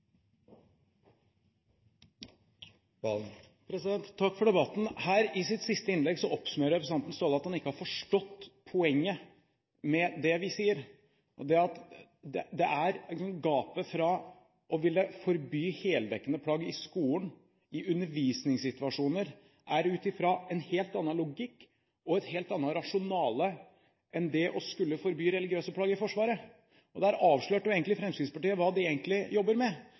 saken. Takk for debatten. I sitt siste innlegg oppsummerer representanten Staahle at han ikke har forstått poenget med det vi sier. Det er et gap mellom det å forby heldekkende plagg i undervisningssituasjoner i skolen – ut fra en helt annen logikk og et helt annet rasjonale – og det å skulle forby religiøse plagg i Forsvaret. Der avslørte Fremskrittspartiet hva de jobber med. De er nemlig imot religiøse plagg – uansett. Det